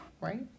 Right